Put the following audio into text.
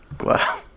Wow